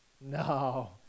No